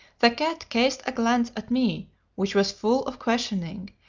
the cat cast a glance at me which was full of questioning,